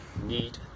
need